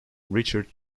richard